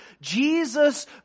Jesus